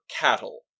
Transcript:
cattle